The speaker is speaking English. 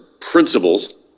principles